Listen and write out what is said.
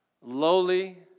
lowly